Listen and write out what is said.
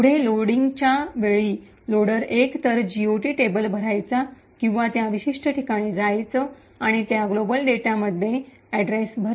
पुढे लोडिंगच्या वेळी लोडर एकतर जीओटी टेबल भरायचा किंवा त्या विशिष्ट ठिकाणी जायचा आणि त्या जागतिक डेटामध्ये पत्ते भरा